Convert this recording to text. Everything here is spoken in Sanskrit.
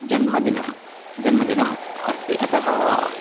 जन्मदिनं जन्मदिनम् अस्ति अतः